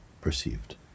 perceived